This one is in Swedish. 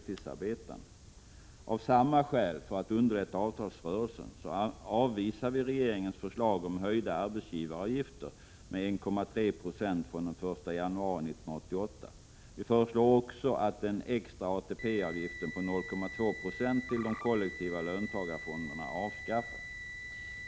Av samma skäl, dvs. för att underlätta avtalsrörelsen, avvisar vi regeringens förslag om en höjning av arbetsgivaravgifterna med 1,3 20 från den 1 januari 1988. Vi föreslår också att den extra ATP-avgiften på 0,2 9o till de kollektiva löntagarfonderna avskaffas.